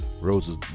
Roses